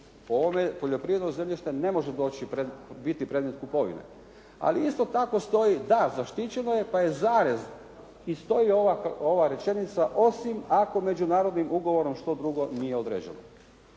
Po ovome poljoprivredno zemljište ne može biti predmet kupovine, ali isto tako stoji da zaštićeno je, pa je zarez i stoji ova rečenica osim ako međunarodnim ugovorom što drugo nije određeno.